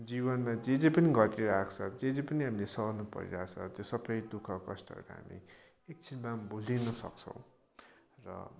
जीवनमा जे जे पनि घटिरहेको छ जे जे पनि हामीले सहनु परिरहेछ त्यो सबै दुःख कष्टहरूको हामी एकक्षण भए पनि भुलिन सक्छौँ र